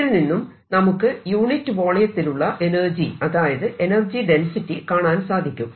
ഇതിൽ നിന്നും നമുക്ക് യൂണിറ്റ് വോളിയ ത്തിലുള്ള എനർജി അതായത് എനർജി ഡെൻസിറ്റി കാണാൻ സാധിക്കും